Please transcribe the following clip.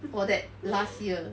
for that last year